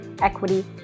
equity